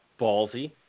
ballsy